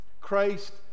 christ